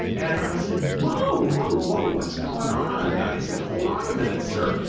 and i said, whoa, whoa, whoa, what's going on? i said, hold on a minute, sir.